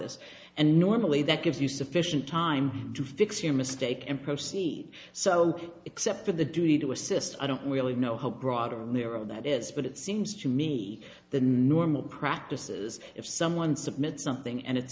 this and normally that gives you sufficient time to fix your mistake and proceed so except for the duty to assist i don't really know how broad or mirror that is but it seems to me the normal practices if someone submit something and it's